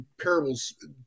parables